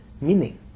Meaning